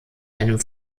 einem